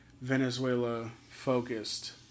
Venezuela-focused